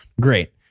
Great